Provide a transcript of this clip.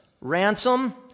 ransom